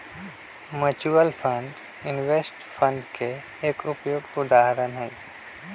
mutual fund investment fund के एक उपयुक्त उदाहरण हई